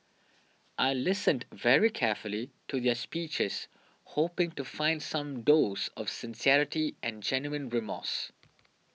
I listened very carefully to their speeches hoping to find some dose of sincerity and genuine remorse